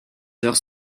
heures